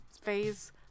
phase